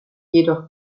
jedoch